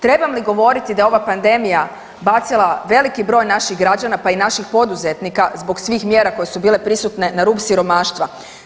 Trebam li govoriti da je ova pandemija bacila veliki broj naših građana, pa i naših poduzetnika, zbog svih mjera koje su bile prisutne, na rub siromaštva?